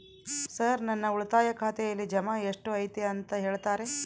Sir ನನ್ನ ಉಳಿತಾಯ ಖಾತೆಯಲ್ಲಿ ಜಮಾ ಎಷ್ಟು ಐತಿ ಅಂತ ಹೇಳ್ತೇರಾ?